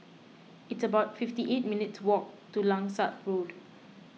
it's about fifty eight minutes' walk to Langsat Road